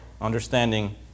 understanding